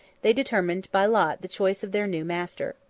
they determined by lot the choice of their new master.